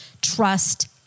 trust